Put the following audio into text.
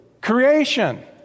Creation